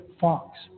Fox